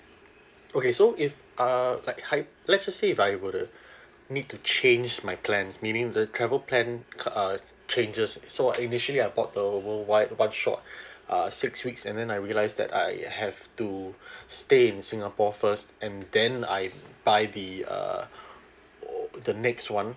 okay so if uh like I let's just say if I were to need to change my plans meaning the travel plan uh changes so I initially bought the worldwide one shot err six weeks and then I realise that I have to stay in singapore first and then I buy the uh o~ the next one